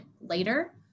later